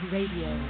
Radio